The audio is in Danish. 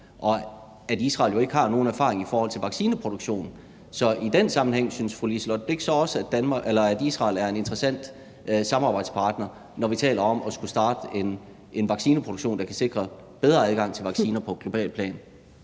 Og når Israel jo ikke har nogen erfaring i forhold til vaccineproduktion, synes fru Liselott Blixt så også, at Israel i den sammenhæng er en interessant samarbejdspartner, når vi taler om at skulle starte en vaccineproduktion, der kan sikre bedre adgang til vacciner på globalt plan?